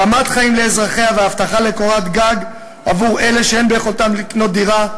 רמת חיים לאזרחיה והבטחה לקורת גג עבור אלה שאין ביכולתם לקנות דירה,